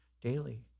daily